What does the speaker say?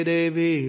Devi